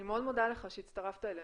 אני מאוד מודה לך שהצטרפת אלינו.